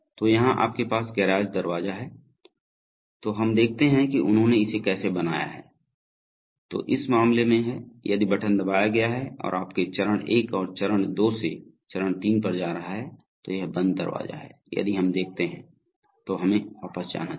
तो यहाँ आपके पास गेराज दरवाजा है तो हम देखते हैं कि उन्होंने इसे कैसे बनाया है तो इस मामले में है यदि बटन दबाया गया है और आपके चरण 1 से चरण 2 से चरण 3 पर जा रहा है तो यह बंद दरवाजा है यदि हम देखते हैं तो हमें वापस जाना चाहिए